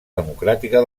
democràtica